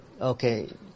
Okay